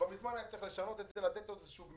כבר מזמן היה צריך לשנות את זה, לתת עוד גמישות